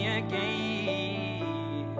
again